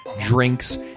drinks